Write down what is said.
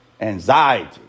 Anxiety